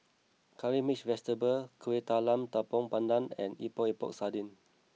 Curry Mixed Vegetable Kueh Talam Tepong Pandan and Epok Epok Sardin